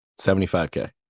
75k